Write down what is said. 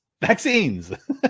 Vaccines